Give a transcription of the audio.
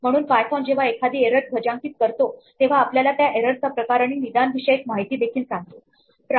म्हणून पायथोन जेव्हा एखादी एरर ध्वजांकित करतो तेव्हा आपल्याला त्या एरर चा प्रकार आणि निदानविषयक माहिती देखील सांगतो